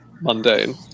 mundane